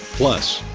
plus.